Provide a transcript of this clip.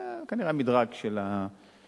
זה כנראה המדרג של האחוזים,